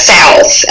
South